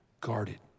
guarded